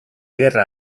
gerra